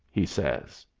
he says.